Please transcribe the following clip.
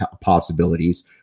possibilities